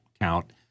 count